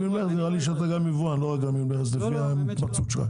גם יבואן ולא רק עמיל מכס...